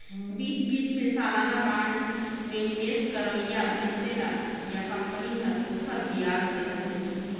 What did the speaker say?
बीच बीच मे सलाना बांड मे निवेस करोइया मइनसे ल या कंपनी हर ओखर बियाज देहत रही